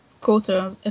quarter